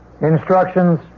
Instructions